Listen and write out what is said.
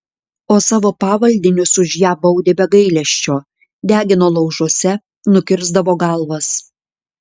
o savo pavaldinius už ją baudė be gailesčio degino laužuose nukirsdavo galvas